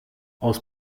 aus